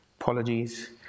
Apologies